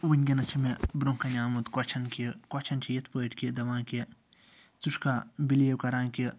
وٕنۍکٮ۪نَس چھُ مےٚ برٛونٛہہ کَنہِ آمُت کۄسچَن کۄسچَن چھُ یِتھ پٲٹھۍ کہِ دَپان کہِ ژٕ چھُکھا بِلیٖو کَران کہِ